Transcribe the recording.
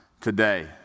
today